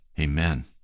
Amen